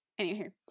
Anywho